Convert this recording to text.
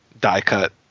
die-cut